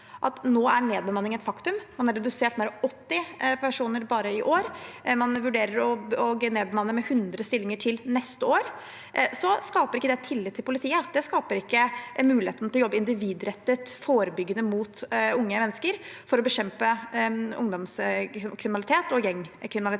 at nedbemanningen nå er et faktum, man har redusert med mer enn 80 personer bare i år, og man vurderer å nedbemanne med 100 stillinger til neste år, skaper ikke det tillit til politiet. Det skaper ikke mulighet til å jobbe individrettet og forebyggende mot unge mennesker for å bekjempe ungdomskriminalitet og gjengkriminalitet.